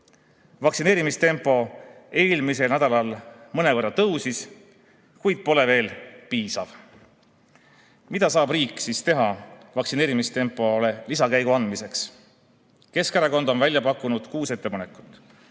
õppida. Vaktsineerimistempo eelmisel nädalal mõnevõrra tõusis, kuid pole veel piisav. Mida saab riik teha vaktsineerimistempole lisakäigu andmiseks? Keskerakond on välja pakkunud kuus ettepanekut.